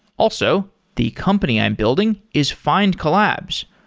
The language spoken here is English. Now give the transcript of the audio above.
also, the company i'm building is findcollabs.